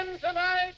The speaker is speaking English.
tonight